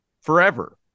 forever